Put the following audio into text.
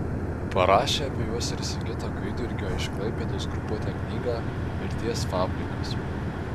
parašė apie juos ir sigito gaidjurgio iš klaipėdos grupuotę knygą mirties fabrikas